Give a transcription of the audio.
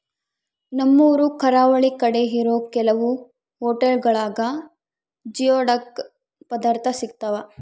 ನಮ್ಮೂರು ಕರಾವಳಿ ಕಡೆ ಇರೋ ಕೆಲವು ಹೊಟೆಲ್ಗುಳಾಗ ಜಿಯೋಡಕ್ ಪದಾರ್ಥ ಸಿಗ್ತಾವ